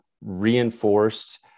reinforced